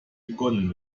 begonnen